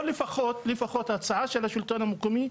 או לפחות הצעה של השלטון המקומי,